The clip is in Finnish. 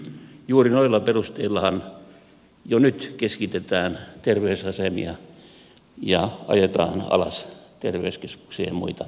juuri noilla perusteillahan jo nyt keskitetään terveysasemia ja ajetaan alas terveyskeskuksia ja muita palveluja